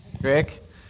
Rick